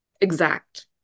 exact